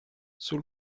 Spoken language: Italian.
sul